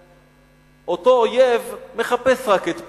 שאותו אויב מחפש רק את פלוני,